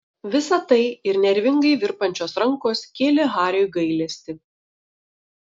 visa tai ir nervingai virpančios rankos kėlė hariui gailestį